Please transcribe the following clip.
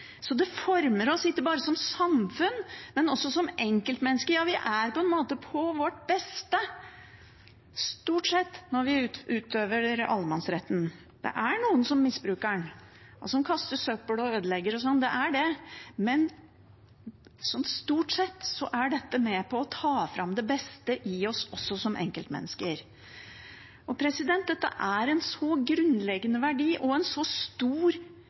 Så det former oss ikke bare som samfunn, men også som enkeltmennesker. Vi er på en måte på vårt beste, stort sett, når vi utøver allemannsretten. Det er noen som misbruker den, som kaster søppel og ødelegger og sånt – det er det – men stort sett er dette med på å ta fram det beste i oss også som enkeltmennesker. Dette er en så grunnleggende verdi og en så stor